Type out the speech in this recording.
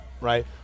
right